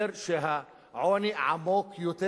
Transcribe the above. זה אומר שהעוני עמוק יותר.